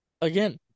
again